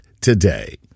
today